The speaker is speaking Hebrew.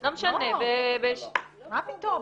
מה פתאום.